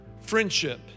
friendship